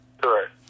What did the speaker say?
Correct